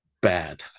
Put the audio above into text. bad